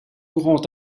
grandes